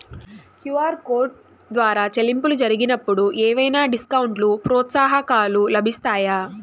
QR code ద్వారా చెల్లింపులు జరిగినప్పుడు ఏవైనా డిస్కౌంట్ లు, ప్రోత్సాహకాలు లభిస్తాయా?